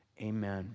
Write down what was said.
amen